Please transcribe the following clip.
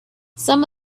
some